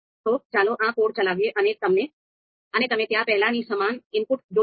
તો ચાલો આ કોડ ચલાવીએ અને તમે ત્યાં પેહલાની સમાન આઉટપુટ જોશો